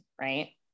right